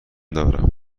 دارم